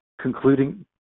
Concluding